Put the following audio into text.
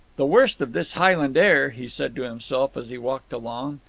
the worst of this highland air, he said to himself as he walked along,